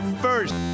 first